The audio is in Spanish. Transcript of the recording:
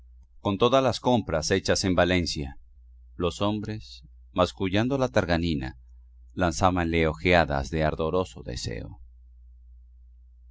con todas las compras hechas en valencia los hombres mascullando la tagarnina lanzábanla ojeadas de ardoroso deseo